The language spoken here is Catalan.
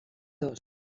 dos